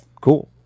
Cool